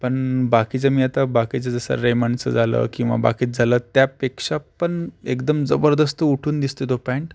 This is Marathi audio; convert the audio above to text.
पण बाकीचं मी आता बाकीचं जसं रेमण्डचं झालं किंवा बाकीचं झालं त्यापेक्षा पण एकदम जबरदस्त उठून दिसतो तो पँट